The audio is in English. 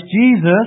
Jesus